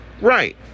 right